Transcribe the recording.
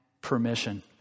permission